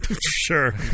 Sure